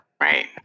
Right